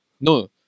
No